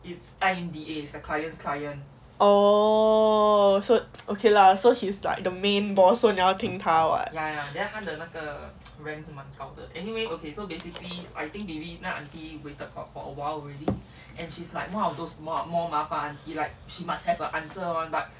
oh so okay lah so he's like the main boss so 你要听他:ni yao tingn ta what